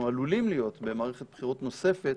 עלולים להיות במערכת בחירות נוספת,